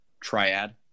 Triad